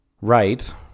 right